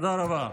תודה רבה.